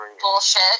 bullshit